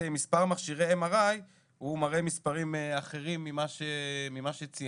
מספר מכשירי MRI הוא מראה מספרים אחרים ממה שציינת.